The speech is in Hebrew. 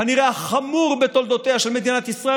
כנראה החמור בתולדותיה של מדינת ישראל,